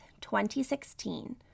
2016